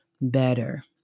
better